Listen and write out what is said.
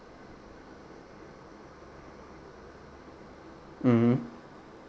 mmhmm